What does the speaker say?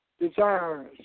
desires